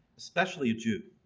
especially a jew.